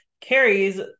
Carrie's